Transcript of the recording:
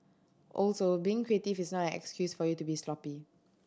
also being creative is not an excuse for you to be sloppy